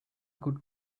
could